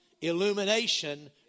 illumination